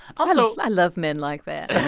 also. i love men like that.